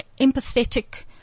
empathetic